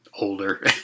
older